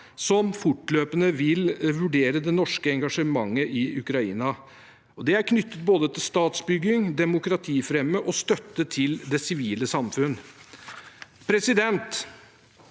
som fortløpende vil vurdere det norske engasjementet i Ukraina, og det er knyttet til både statsbygging, demokratifremme og støtte til det sivile samfunn.